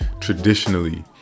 traditionally